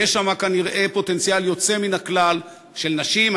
יש שם כנראה פוטנציאל יוצא מן הכלל של נשים,